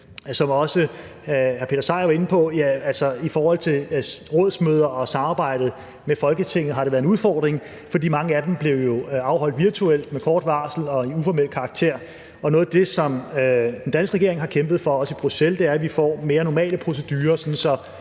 som også hr. Peter Seier Christensen var inde på, at det i forhold til rådsmøder og samarbejdet med Folketinget har været en udfordring, fordi mange af dem blev afholdt virtuelt med kort varsel og havde en uformel karakter. Og noget af det, som den danske regering har kæmpet for, også i Bruxelles, er, at vi får mere normale procedurer,